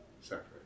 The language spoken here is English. separate